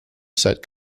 set